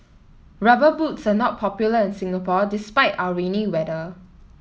rubber boots are not popular in Singapore despite our rainy weather